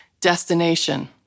destination